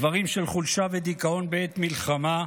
דברים של חולשה ודיכאון בעת מלחמה,